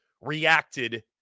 reacted